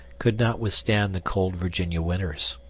could not withstand the cold virginia winters.